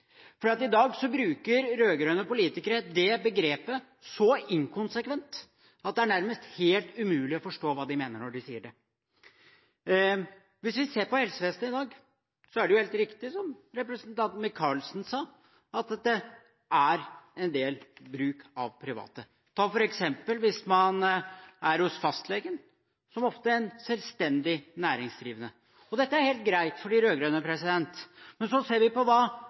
med privatisering. I dag bruker rød-grønne politikere det begrepet så inkonsekvent at det nærmest er helt umulig å forstå hva de mener når de sier det. Hvis vi ser på helsevesenet i dag, er det helt riktig som representanten Micaelsen sa, at det er en del bruk av private. Et eksempel er hvis man er hos fastlegen, som oftest en selvstendig næringsdrivende. Dette er helt greit for de rød-grønne. Men så ser vi på